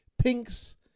Pinks